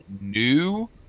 new